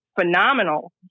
phenomenal